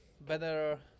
better